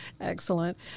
excellent